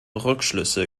rückschlüsse